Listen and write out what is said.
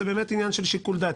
זה עניין של שיקול דעת.